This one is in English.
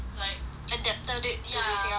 adapted it to be singaporean